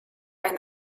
ein